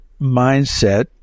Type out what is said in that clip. mindset